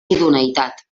idoneïtat